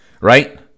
right